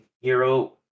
hero